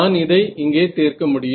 நான் இதை இங்கே தீர்க்க முடியும்